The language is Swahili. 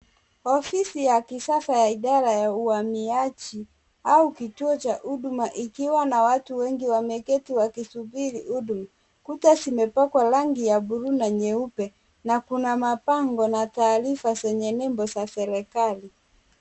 Ofisi ya kisasa ya idara ya uhamiaji, au kituo cha huduma ikiwa na watu wengi wameketi wakisubiri huduma. Kuta zimepakwa rangi ya buluu na nyeupe na kuna mabango na taarifa zenye nembo za serikali.